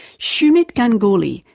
sumit ganguly,